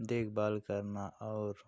देखभाल करना और